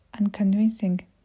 Unconvincing